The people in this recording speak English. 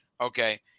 okay